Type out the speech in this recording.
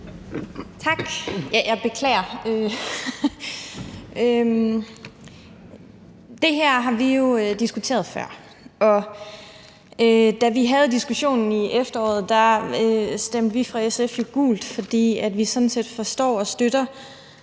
Tak. Jeg beklager forvirringen. Det her har vi jo diskuteret før. Og da vi havde diskussionen i efteråret, stemte vi fra SF's side jo gult. Vi forstår og støtter